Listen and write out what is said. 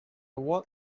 what